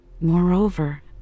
Moreover